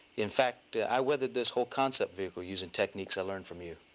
in fact, i weathered this whole concept vehicle using techniques i learned from you.